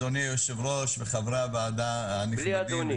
אדוני היושב-ראש וחברי הוועדה הנכבדים,